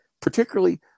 particularly